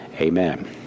Amen